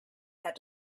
had